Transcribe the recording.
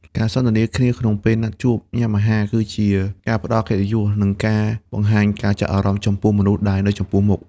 ការសន្ទនាគ្នាក្នុងពេលណាត់ជួបញ៉ាំអាហារ គឺជាការផ្ដល់កិត្តិយស និងការបង្ហាញការចាប់អារម្មណ៍ចំពោះមនុស្សដែលនៅចំពោះមុខ។